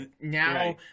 now